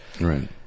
Right